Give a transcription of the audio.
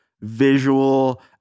visual